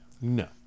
No